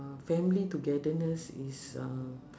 uh family togetherness is uh